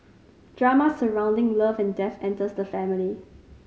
drama surrounding love and death enters the family